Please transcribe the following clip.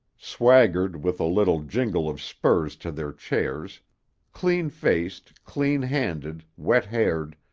swaggered with a little jingle of spurs to their chairs clean-faced, clean-handed, wet-haired,